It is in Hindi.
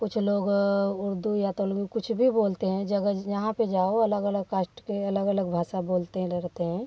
कुछ लोग उर्दू या तेलुगु कुछ भी बोलते हैं जगह जहाँ पे जाओ अलग अलग काष्ट के अलग अलग भाषा बोलते हैं हैं